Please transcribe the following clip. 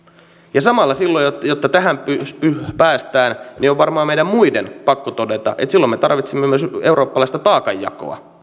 ja samalla silloin jotta tähän päästään on varmaan meidän muiden pakko todeta että silloin me tarvitsemme myös eurooppalaista taakanjakoa